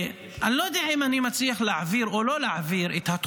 אני לא יודע אם אני מצליח להעביר או לא את התחושות